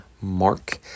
mark